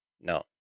no